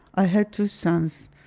i had two sons,